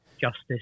justice